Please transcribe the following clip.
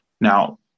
Now